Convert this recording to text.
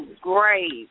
Great